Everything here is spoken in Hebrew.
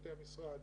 עובדי המשרד,